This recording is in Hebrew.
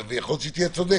ויכול להיות שהיא תהיה צודקת,